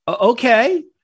okay